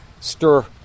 stir